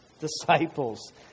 disciples